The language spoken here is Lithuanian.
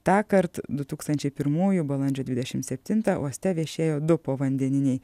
tąkart du tūkstančiai pirmųjų balandžio dvidešimt septintą uoste viešėjo du povandeniniai